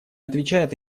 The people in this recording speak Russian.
отвечает